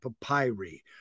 papyri